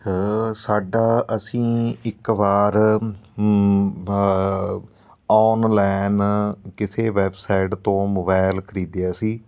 ਸਾਡਾ ਅਸੀਂ ਇੱਕ ਵਾਰ ਵ ਔਨਲਾਈਨ ਕਿਸੇ ਵੈਬਸਾਈਟ ਤੋਂ ਮੋਬਾਇਲ ਖਰੀਦਿਆ ਸੀ